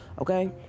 okay